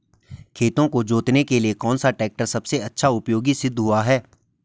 खेतों को जोतने के लिए कौन सा टैक्टर सबसे अच्छा उपयोगी सिद्ध हुआ है?